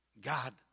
God